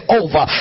over